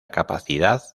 capacidad